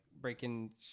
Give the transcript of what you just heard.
breaking